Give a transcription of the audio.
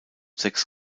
sechs